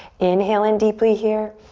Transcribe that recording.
inhale in deeply here.